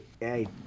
hey